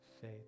Faith